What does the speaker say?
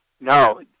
No